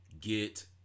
Get